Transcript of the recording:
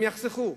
הם יחסכו,